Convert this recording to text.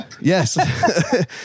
yes